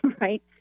right